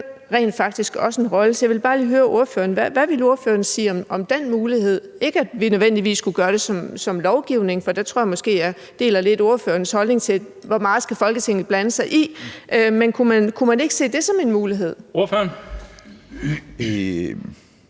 rent faktisk også en rolle. Så jeg vil bare lige høre ordføreren: Hvad ville ordføreren sige om den mulighed – ikke nødvendigvis at vi skulle gøre det som lovgivning, for der tror jeg måske jeg lidt deler ordførerens holdning til, hvor meget Folketinget skal blande sig i, men kunne man ikke se det som en mulighed? Kl.